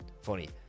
Funny